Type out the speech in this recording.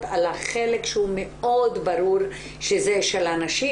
על החלק שהוא מאוד ברור שזה של הנשים,